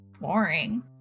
boring